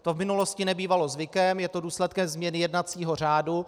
To v minulosti nebývalo zvykem, je to důsledkem změny jednacího řádu.